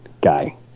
guy